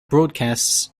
broadcasts